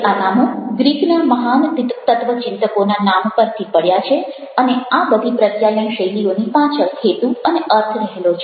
આ નામો ગ્રીકના મહાન તત્વચિંતકોના નામ પરથી પડ્યા છે અને આ બધી પ્રત્યાયન શૈલીઓની પાછળ હેતુ અને અર્થ રહેલો છે